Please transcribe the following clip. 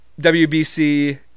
WBC